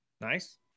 nice